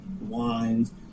wines